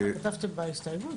ככה כתבתם בהסתייגות?